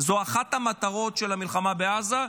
אחת המטרות של המלחמה בעזה,